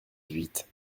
huit